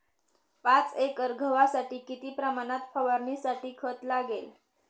पाच एकर गव्हासाठी किती प्रमाणात फवारणीसाठी खत लागेल?